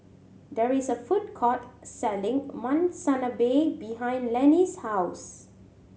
there is a food court selling Monsunabe behind Lennie's house